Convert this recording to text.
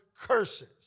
curses